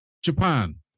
Japan